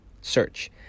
search